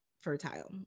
fertile